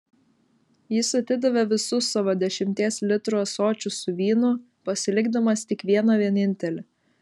jis atidavė visus savo dešimties litrų ąsočius su vynu pasilikdamas tik vieną vienintelį